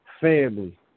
family